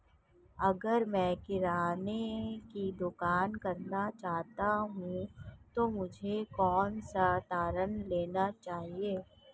अगर मैं किराना की दुकान करना चाहता हूं तो मुझे कौनसा ऋण लेना चाहिए?